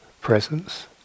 Presence